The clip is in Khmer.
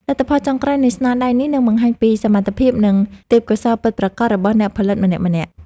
លទ្ធផលចុងក្រោយនៃស្នាដៃនេះនឹងបង្ហាញពីសមត្ថភាព និង ទេពកោសល្យពិតប្រាកដរបស់អ្នកផលិតម្នាក់ៗ។